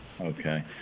Okay